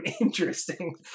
interesting